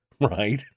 right